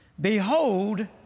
Behold